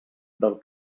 del